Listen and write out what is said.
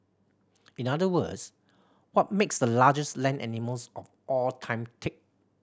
in other words what makes the largest land animals of all time tick